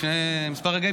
לפני כמה רגעים,